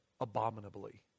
abominably